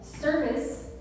service